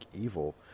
evil